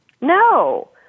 no